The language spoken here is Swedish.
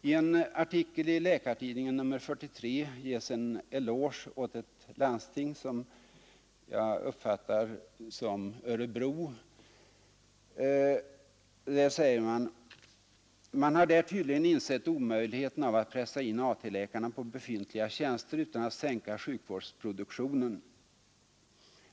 I en artikel i Läkartidningen nr 43 ges en eloge åt ett landsting, som jag gissar är Örebro, och man säger följande: ”Man har där tydligen insett omöjligheten av att pressa in AT-läka på befintliga tjänster utan att sänka sjukvårdsproduktionen.